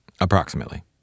Approximately